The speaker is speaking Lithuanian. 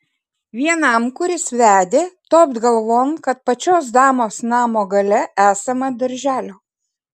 vienam kuris vedė topt galvon kad pačios damos namo gale esama darželio